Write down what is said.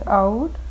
out